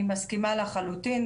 אני מסכימה לחלוטין.